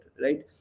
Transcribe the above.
Right